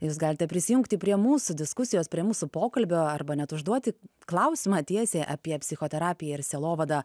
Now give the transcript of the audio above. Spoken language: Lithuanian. jūs galite prisijungti prie mūsų diskusijos prie mūsų pokalbio arba net užduoti klausimą tiesiai apie psichoterapiją ir sielovadą